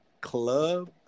club